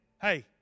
hey